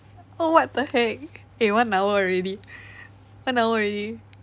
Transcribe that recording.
oh what the heck eh one hour already one hour already